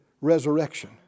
resurrection